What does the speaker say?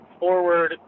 forward